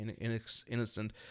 innocent